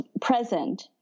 present